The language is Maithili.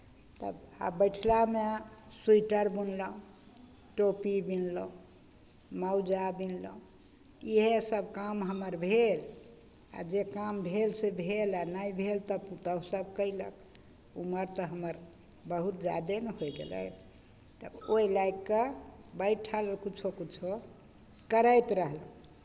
तऽ आब बैठलामे स्वेटर बिनलहुँ टोपी बिनलहुँ मोजा बिनलहुँ इएहसभ काम हमर भेल आ जे काम भेल से भेल आ नहि भेल तऽ पुतहुसभ कयलक उमर तऽ हमर बहुत जादे ने होय गेलै तऽ ओहि लए कऽ बैठल किछो किछो करैत रहलहुँ